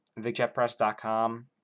thejetpress.com